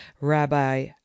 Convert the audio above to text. Rabbi